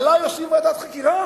עלי עושים ועדת חקירה?